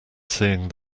seeing